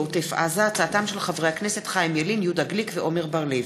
עיסאווי פריג',